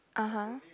uh huh